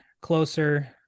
Closer